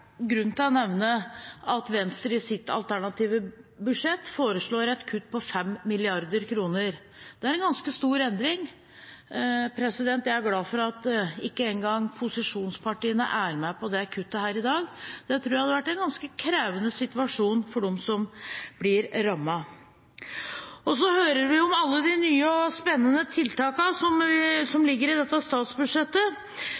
til å nevne at Venstre i sitt alternative budsjett foreslår et kutt på 5 mrd. kr. Det er en ganske stor endring. Jeg er glad for at ikke engang posisjonspartiene er med på det kuttet i dag. Det tror jeg hadde vært en ganske krevende situasjon for dem som ville blitt rammet. Vi hører om alle de nye og spennende tiltakene som ligger i dette statsbudsjettet. Ja, vi hører om en ungdomsgarantiordning som